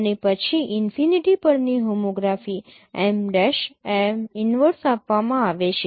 અને પછી ઈનફિનિટી પરની હોમોગ્રાફી M'M 1 આપવામાં આવે છે